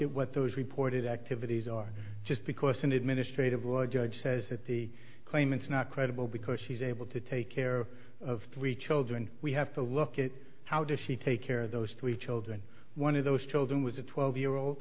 at what those reported activities are just because an administrative law judge says that the claimants are not credible because she's able to take care of three children we have to look at how did she take care of those three children one of those children was a twelve year old